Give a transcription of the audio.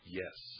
yes